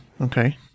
Okay